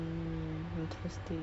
weirdly enough